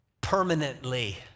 Permanently